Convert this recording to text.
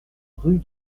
rue